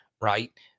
right